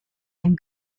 and